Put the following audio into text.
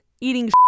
eating